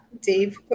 Dave